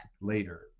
later